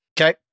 Okay